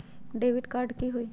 Debit card की होई?